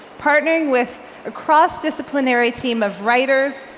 partnering with a cross-disciplinary team of writers,